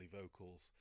vocals